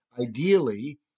Ideally